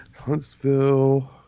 Huntsville